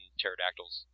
Pterodactyls